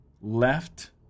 left